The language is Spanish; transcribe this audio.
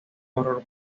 horror